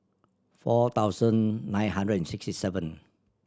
four thousand nine hundred and sixty seven